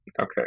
Okay